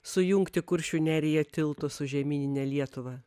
sujungti kuršių neriją tiltu su žemynine lietuva